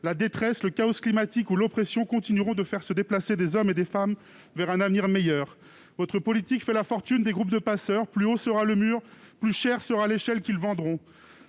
la détresse, le chaos climatique ou l'oppression continueront de faire se déplacer des hommes et des femmes vers un avenir meilleur. Votre politique fait la fortune des groupes de passeurs. Plus haut sera le mur, plus chère sera l'échelle qu'ils vendront.